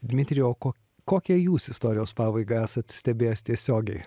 dmitrijau o ko kokią jūs istorijos pabaigą esat stebėjęs tiesiogiai